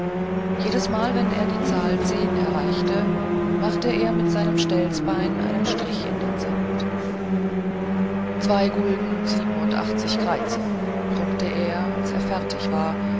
jedesmal wenn er die zahl zehn erreichte machte er mit seinem stelzbein einen strich in den sand zwei gulden siebenundachtzig kreizer brummte er als er fertig war